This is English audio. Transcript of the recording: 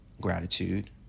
gratitude